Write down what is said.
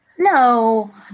No